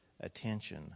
attention